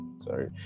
sorry